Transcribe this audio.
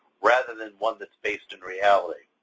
rather than one that's based in reality.